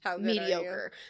mediocre